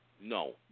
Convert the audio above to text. No